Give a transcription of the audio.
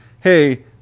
hey